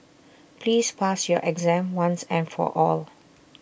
please pass your exam once and for all